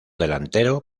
delantero